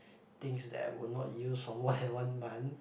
things that will not use for more than one month